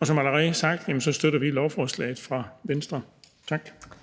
Og som allerede sagt, støtter vi lovforslaget fra Venstres side.